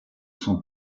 sont